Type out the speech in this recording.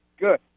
Good